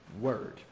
word